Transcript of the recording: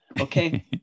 Okay